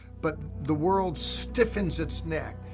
but the world stiffens its neck,